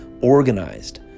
organized